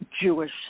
Jewish